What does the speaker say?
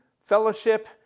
fellowship